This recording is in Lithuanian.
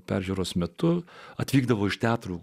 peržiūros metu atvykdavo iš teatro